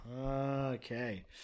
okay